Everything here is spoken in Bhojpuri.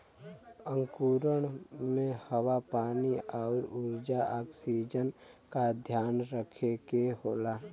अंकुरण में हवा पानी आउर ऊर्जा ऑक्सीजन का ध्यान रखे के होला